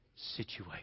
situation